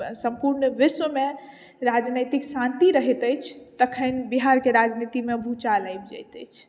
संपूर्ण विश्व मे राजनैतिक शांति रहैत अछि तखन बिहार के राजनीति मे भूचाल आबि जाइत अछि